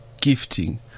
gifting